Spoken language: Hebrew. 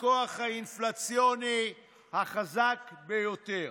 זה הכוח האינפלציוני החזק ביותר.